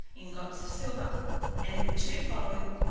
ingots of silver and in the two following,